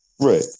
Right